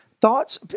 thoughts